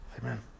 Amen